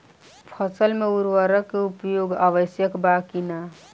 फसल में उर्वरक के उपयोग आवश्यक बा कि न?